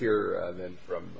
hear from